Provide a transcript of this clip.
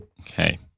Okay